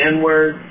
N-word